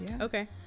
Okay